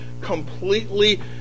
completely